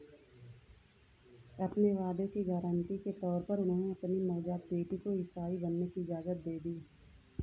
अपने वादे की गारंटी के तौर पर उन्होंने अपनी नवजात बेटी को इसाई बनने की इजाज़त दे दी